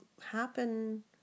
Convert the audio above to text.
happen